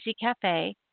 Cafe